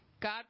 God